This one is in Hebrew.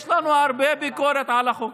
יש לנו הרבה ביקורת על החוק